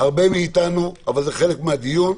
הרבה אבל זה חלק מהדיון.